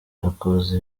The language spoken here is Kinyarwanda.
yakoze